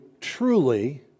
truly